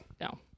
no